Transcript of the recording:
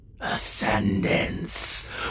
Ascendance